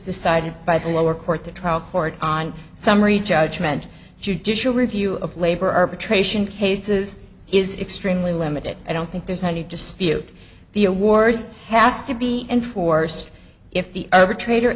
decided by the lower court the trial court on summary judgment judicial review of labor arbitration cases is extremely limited i don't think there's any dispute the award pass could be enforced if the